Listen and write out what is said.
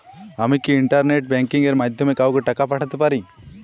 আমি কি internet banking এর মাধ্যমে কাওকে টাকা পাঠাতে পারি?